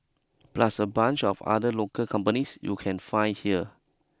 plus a bunch of other local companies you can find here